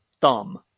thumb